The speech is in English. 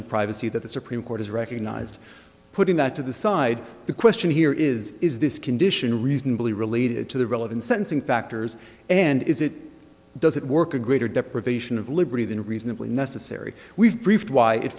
of privacy that the supreme court has recognized putting that to the side the question here is is this condition reasonably related to the relevant sentencing factors and is it doesn't work a greater deprivation of liberty than reasonably necessary we've